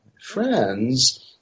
friends